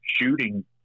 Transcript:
shooting